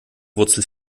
wurzel